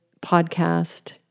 podcast